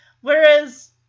Whereas